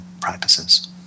practices